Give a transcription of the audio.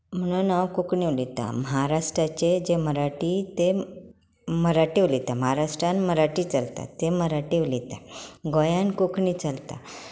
म्हणून हांव कोंकणी उलयतां महाराष्ट्राचे जे मराठी ते मराठी उलयतात महाराष्ट्रांत मराठी उलयतात महाराष्ट्रांत मराठी चलता ते मराठी उलयता गोंयांत कोंकणी चलता